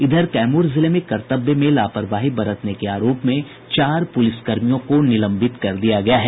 इधर कैमूर जिले में कर्तव्य में लापरवाही बरतने के आरोप में चार पुलिसकर्मियों को निलंबित कर दिया गया है